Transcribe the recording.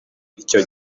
icyo